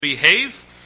behave